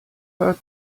heard